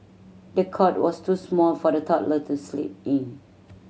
the cot was too small for the toddler to sleep in